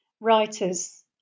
writers